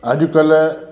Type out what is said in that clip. अॼु कल्ह